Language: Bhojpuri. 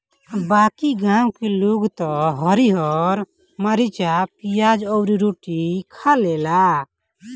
बाकी गांव के लोग त हरिहर मारीचा, पियाज अउरी रोटियो खा लेला